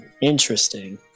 interesting